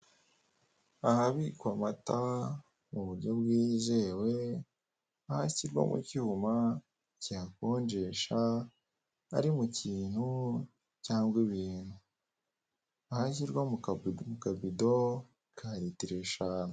Ahabikwa amata mu buryo bwizewe, aho ashyirwa mu cyuma kiyakonjesha ari mu kintu cyangwa ibintu, aho ashyirwa mu kabido ka ritiro eshanu.